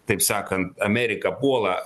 taip sakant ameriką puola